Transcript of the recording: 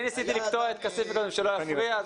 אני ניסיתי לקטוע את כסיף מקודם שלא יפריע.